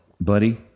buddy